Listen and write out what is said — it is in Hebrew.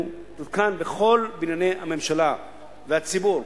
תותקן בכל בנייני הממשלה והציבור,